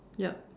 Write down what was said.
yup